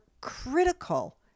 critical